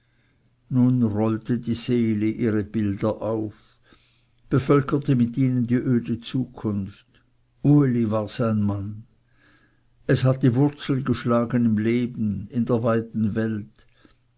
nun rollte die seele ihre bilder auf bevölkerte mit ihnen die öde zukunft uli war sein mann es hatte wurzel geschlagen im leben in der weiten welt